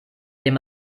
dem